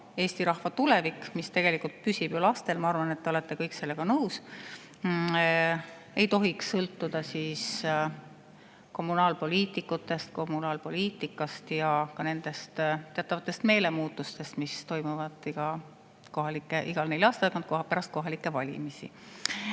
Eesti rahva tulevik, mis tegelikult püsib ju lastel – ma arvan, et te olete kõik sellega nõus –, ei tohiks sõltuda kommunaalpoliitikutest, kommunaalpoliitikast ja ka nendest meelemuutustest, mis toimuvad iga nelja aasta tagant pärast kohalikke valimisi.